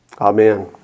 Amen